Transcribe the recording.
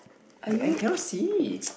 it's and cannot see